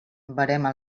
verema